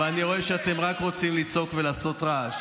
אבל אני רואה שאתם רק רוצים לצעוק ולעשות רעש.